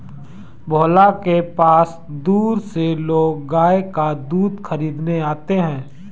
भोला के पास दूर से लोग गाय का दूध खरीदने आते हैं